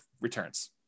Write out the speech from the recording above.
returns